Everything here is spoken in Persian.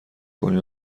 کنی